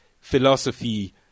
philosophy